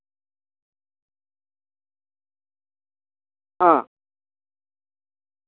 ᱦᱮᱸ